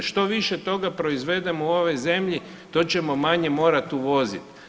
Što više toga proizvedemo u ovoj zemlji to ćemo manje morati uvoziti.